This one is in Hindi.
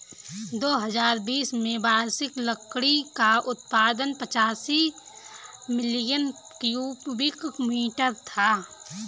दो हजार बीस में वार्षिक लकड़ी का उत्पादन पचासी मिलियन क्यूबिक मीटर था